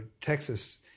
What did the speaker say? Texas